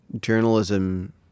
journalism